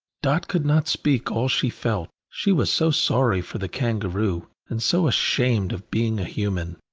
dot could not speak all she felt. she was so sorry for the kangaroo, and so ashamed of being a human.